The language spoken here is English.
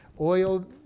Oil